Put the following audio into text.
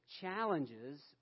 challenges